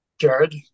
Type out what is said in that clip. Jared